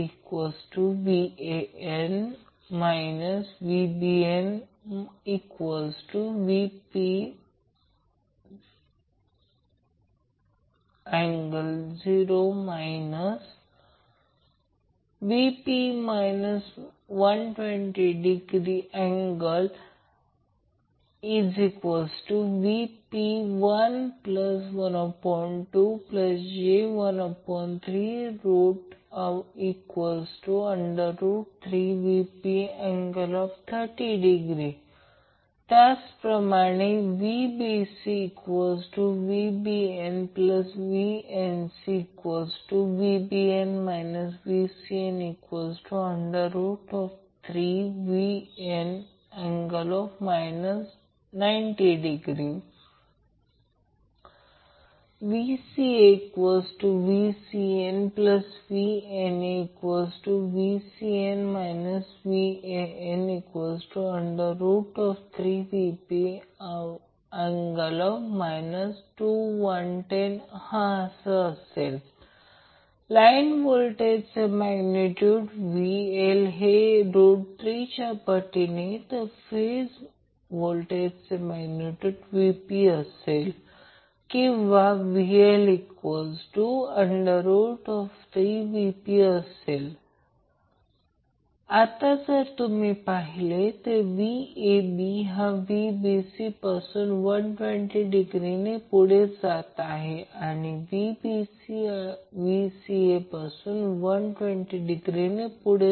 VabVanVnbVan VbnVp∠0° Vp∠ 120° Vp112j323Vp∠30° त्याचप्रमाणे VbcVbnVncVbn Vcn3Vp∠ 90° VcaVcnVnaVcn Van3Vp∠ 210° असेल line व्होल्टेजचे मॅग्नेट्यूड VL हे 3 पटीने तर फेज व्होल्टेजचे मॅग्नेट्यूड Vp असेल किंवा VL3Vp असेल आता जर तुम्ही पाहिले तर Vab हा Vbc पासून 120° ने पुढे आहे आणि Vbc हा Vca पासून 120° ने पुढे